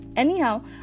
Anyhow